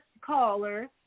caller